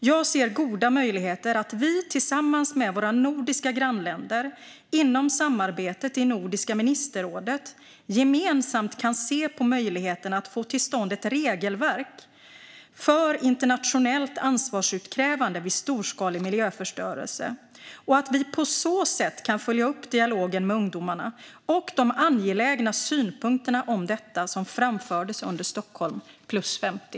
Jag ser goda möjligheter att vi tillsammans med våra nordiska grannländer inom samarbetet i Nordiska ministerrådet gemensamt kan se på möjligheterna att få till stånd ett regelverk för internationellt ansvarsutkrävande vid storskalig miljöförstörelse, och att vi på så sätt kan följa upp dialogen med ungdomarna och de angelägna synpunkter om detta som framfördes under Stockholm + 50.